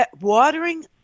watering